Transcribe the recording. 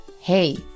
Hey